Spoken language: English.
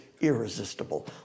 irresistible